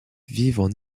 vivent